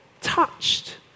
touched